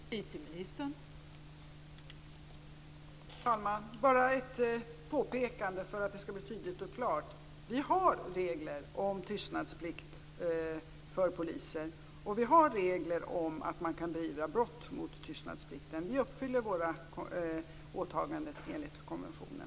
Fru talman! Jag vill bara göra ett påpekande för att det skall bli tydligt och klart. Vi har regler om tystnadsplikt för polisen, och vi har regler om att man kan beivra brott mot tystnadsplikten. Vi uppfyller våra åtaganden enligt konventionen.